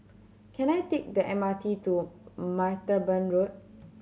can I take the M R T to Martaban Road